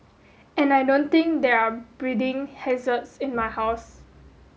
and I don't think there are breeding hazards in my house